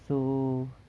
so